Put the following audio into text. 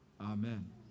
Amen